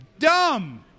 dumb